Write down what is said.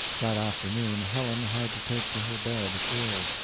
that afternoon helen had to take to her bed, ill.